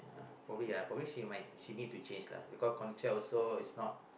probably ya probably she might she need to change lah because contract also is not